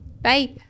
Bye